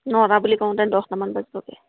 নটা বুলি কওঁতে দহটামান বাজিবগৈ